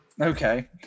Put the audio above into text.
Okay